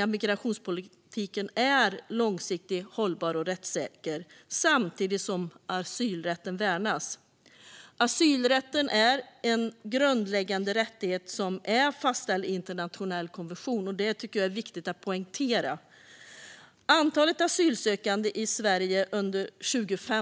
att migrationspolitiken är långsiktigt hållbar och rättssäker, samtidigt som asylrätten värnas. Asylrätten är en grundläggande rättighet som är fastställd i internationell konvention, och det tycker jag är viktigt att poängtera. 160 000 personer ansökte om asyl i Sverige under 2015.